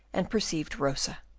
and perceived rosa.